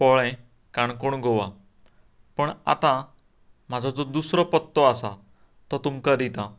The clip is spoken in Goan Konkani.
पोळें काणकोण गोवा पूण आतां म्हाजो जो दुसरो पत्तो आसा तो तुमकां दिता